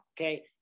Okay